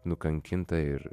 nukankinta ir